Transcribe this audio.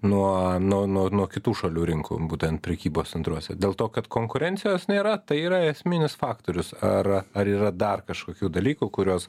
nuo nuo nuo nuo kitų šalių rinkų būtent prekybos centruose dėl to kad konkurencijos nėra tai yra esminis faktorius ar ar yra dar kažkokių dalykų kuriuos